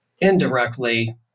indirectly